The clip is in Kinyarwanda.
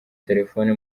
telefone